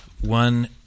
one